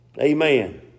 Amen